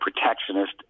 protectionist